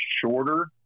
shorter